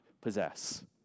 possess